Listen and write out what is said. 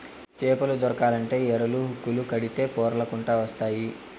చేపలు దొరకాలంటే ఎరలు, హుక్కులు కడితే పొర్లకంటూ వస్తాయి